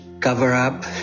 cover-up